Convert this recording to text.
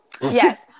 yes